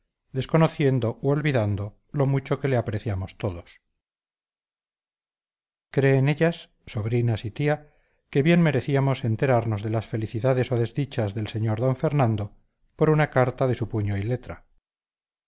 desconociendo u olvidando lo mucho que le apreciamos todos creen ellas sobrinas y tía que bien merecíamos enterarnos de las felicidades o desdichas del sr d fernando por una carta de su puño y letra